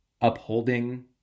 upholding